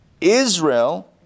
Israel